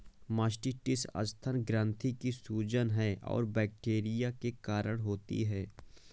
mastitis स्तन ग्रंथि की सूजन है और बैक्टीरिया के कारण होती है